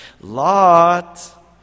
Lot